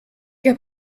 heb